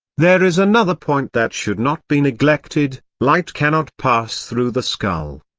there is another point that should not be neglected light cannot pass through the skull.